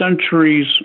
centuries